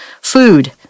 Food